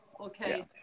okay